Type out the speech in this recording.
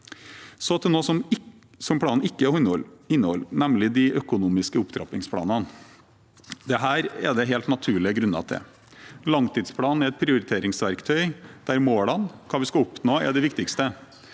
Så til noe som planen ikke inneholder, nemlig de økonomiske opptrappingsplanene. Det er det helt naturlige grunner til. Langtidsplanen er et prioriteringsverktøy der målene, hva vi skal oppnå, er det viktigste,